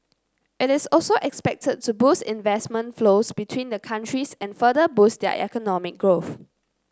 it is also expected to boost investment flows between the countries and further boost their economic growth